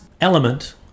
element